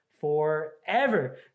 forever